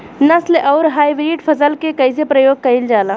नस्ल आउर हाइब्रिड फसल के कइसे प्रयोग कइल जाला?